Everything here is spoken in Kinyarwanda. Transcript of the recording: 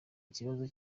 ikibazo